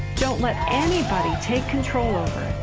don't let anybody take control